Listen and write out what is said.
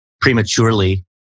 prematurely